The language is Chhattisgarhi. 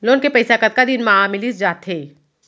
लोन के पइसा कतका दिन मा मिलिस जाथे?